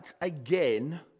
again